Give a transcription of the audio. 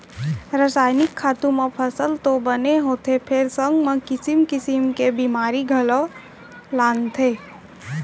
रसायनिक खातू म फसल तो बने होथे फेर संग म किसिम किसिम के बेमारी घलौ लानथे